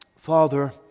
Father